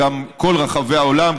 בכל רחבי העולם,